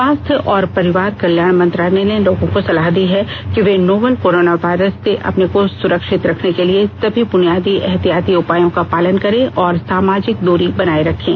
स्वास्थ्य और परिवार कल्याण मंत्रालय ने लोगों को सलाह दी है कि वे नोवल कोरोना वायरस से अपने को सुरक्षित रखने के लिए सभी बुनियादी एहतियाती उपायों का पालन करें और सामाजिक दूरी बनाए रखें